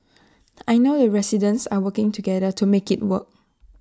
I know the residents are working together to make IT work